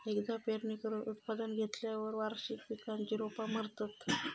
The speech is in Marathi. एकदा पेरणी करून उत्पादन घेतल्यार वार्षिक पिकांची रोपा मरतत